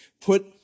put